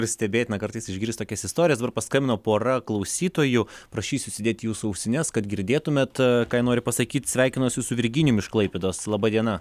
ir stebėtina kartais išgirst tokias istorijas dabar paskambino pora klausytojų prašysiu užsidėti jūsų ausines kad girdėtumėt ką jie nori pasakyt sveikinuosi su virginijum iš klaipėdos laba diena